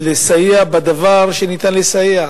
ולסייע בדבר שניתן לסייע.